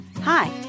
Hi